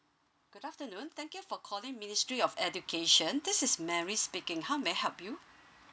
good afternoon thank you for calling ministry of education this is mary speaking how may I help you